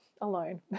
alone